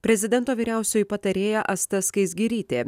prezidento vyriausioji patarėja asta skaisgirytė